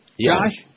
Josh